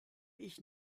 ich